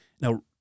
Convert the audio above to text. Now